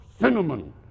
cinnamon